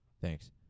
Thanks